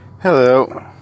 hello